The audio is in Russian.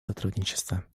сотрудничества